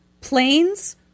planes